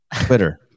Twitter